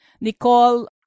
Nicole